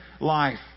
life